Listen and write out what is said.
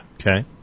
Okay